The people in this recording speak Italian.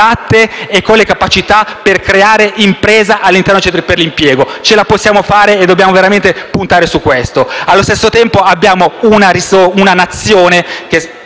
e con le capacità per creare impresa all'interno dei centri per l'impiego. Ce la possiamo fare e dobbiamo veramente puntare su questo. Allo stesso tempo, c'è una Nazione che